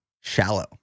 shallow